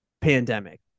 pandemic